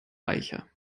reicher